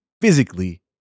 physically